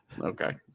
okay